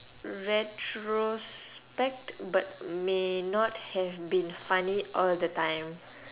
retrospect but may not have been funny all the time